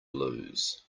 lose